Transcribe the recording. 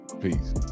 Peace